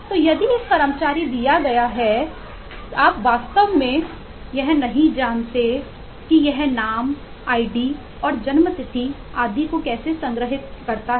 तो यदि एक कर्मचारी दिया गया है आप वास्तव में यह नहीं जानते हैं कि यह नाम आईडी का उपयोग कर सकते हैं